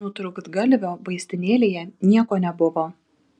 nutrūktgalvio vaistinėlėje nieko nebuvo